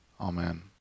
Amen